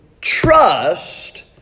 trust